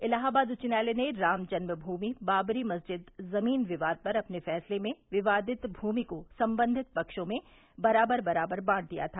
इलाहाबाद उच्च न्यायालय ने राम जन्म भूमि बाबरी मस्जिद जमीन विवाद पर अपने फैसले में विवादित भूमि को संबंधित पक्षों में बराबर बराबर बांट दिया था